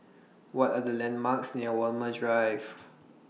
What Are The landmarks near Walmer Drive